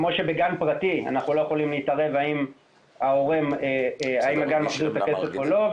כמו שבגן פרטי אנחנו לא יכולים להתערב האם הגן מחזיר את הכסף או לא.